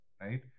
right